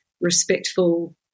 respectful